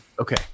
Okay